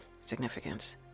significance